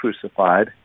crucified